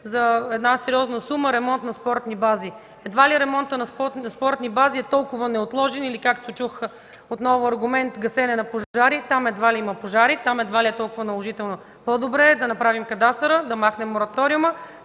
за една сериозна сума – ремонт на спортни бази. Едва ли ремонтът на спортни бази е толкова неотложен, или както чух отново аргумент: гасене на пожари. Там едва ли има пожари, там едва ли е толкова наложително. По-добре е да направим кадастъра, да махнем мораториума,